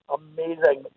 amazing